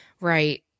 Right